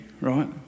right